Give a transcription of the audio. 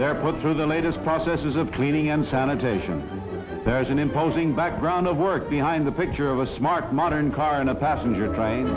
they're put through the latest processes of cleaning and sanitation there's an imposing background of work behind the picture of a smart modern car in a passenger